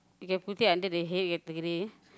you can put it under the